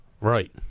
Right